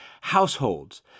households